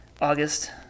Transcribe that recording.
August